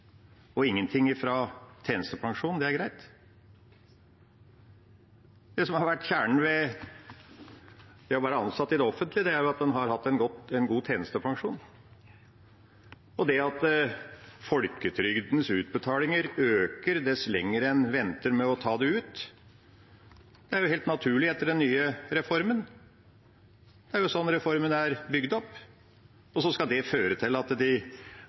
og ingenting fra tjenestepensjonen, er greit. Det som har vært kjernen ved å være ansatt i det offentlige, er at en har hatt en god tjenestepensjon. Det at folketrygdens utbetalinger øker dess lenger en venter med å ta det ut, er helt naturlig etter den nye reformen. Det er jo sånn reformen er bygd opp. Og så skal det føre til at de